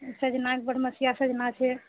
सजमनि बारहमसिया सजमनि छै